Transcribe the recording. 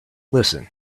listen